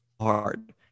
hard